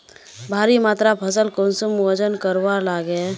भारी मात्रा फसल कुंसम वजन करवार लगे?